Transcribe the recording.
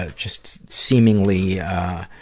ah just seemingly, ah,